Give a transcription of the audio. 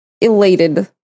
elated